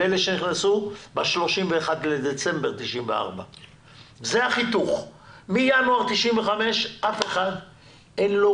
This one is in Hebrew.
ואלה שנכנסו ב-31 בדצמבר 1994. מינואר 1995 לאף אחד אין,